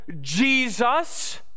Jesus